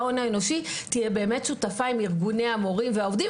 תהיה באמת שותפה עם ארגוני המורים והעובדים.